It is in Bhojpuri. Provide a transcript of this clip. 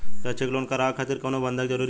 शैक्षणिक लोन करावे खातिर कउनो बंधक जरूरी बा?